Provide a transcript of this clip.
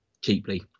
cheaply